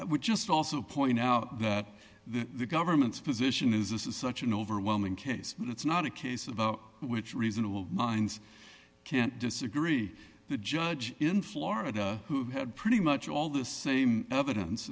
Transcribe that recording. i would just also point out that the government's position is this is such an overwhelming case that it's not a case of which reasonable minds can disagree the judge in florida who had pretty much all the same evidence